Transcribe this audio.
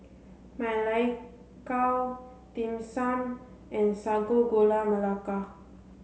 Ma Lai Gao Dim Sum and Sago Gula Melaka